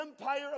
empire